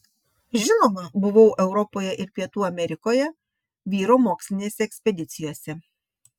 žinoma buvau europoje ir pietų amerikoje vyro mokslinėse ekspedicijose